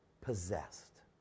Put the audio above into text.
possessed